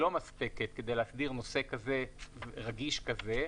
לא מספקת כדי להסדיר נושא רגיש כזה,